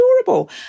adorable